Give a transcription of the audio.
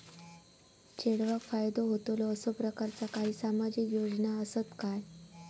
चेडवाक फायदो होतलो असो प्रकारचा काही सामाजिक योजना असात काय?